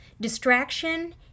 Distraction